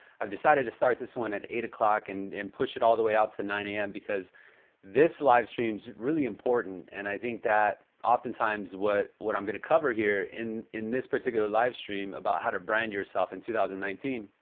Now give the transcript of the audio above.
i've decided to start this one at eight o'clock and push it all the way out to nine a m. because this live stream is really important. and i think that oftentimes, what what i'm gonna cover here in in this particular live stream, about how to brand yourself in two thousand and nineteen,